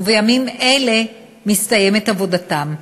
ובימים אלה מסתיימת עבודתם.